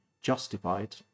justified